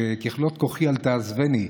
של "ככלות כֹחי אל תעזבני".